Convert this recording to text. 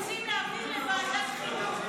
אנחנו רוצים להעביר לוועדת חינוך.